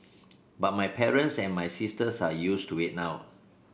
but my parents and my sisters are used to it now